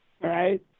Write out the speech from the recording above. Right